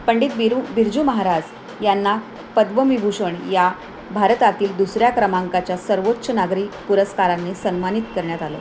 पंडित बिरू बिर्जू महाराज यांना पद्मविभूषण या भारतातील दुसऱ्या क्रमांकाच्या सर्वोच्च नागरी पुरस्कारांनी सन्मानित करण्यात आलं